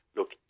Look